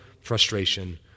frustration